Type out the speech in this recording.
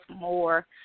more